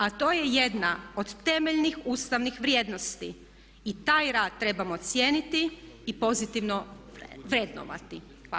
A to je jedna od temeljnih ustavnih vrijednosti i taj rad trebamo cijeniti i pozitivno vrednovati.